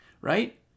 right